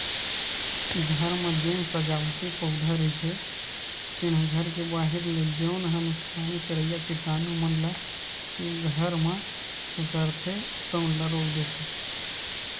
घर म जेन सजावटी पउधा रहिथे तेन ह घर के बाहिर ले जउन ह नुकसानी करइया कीटानु मन ल घर म खुसरथे तउन ल रोक देथे